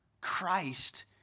Christ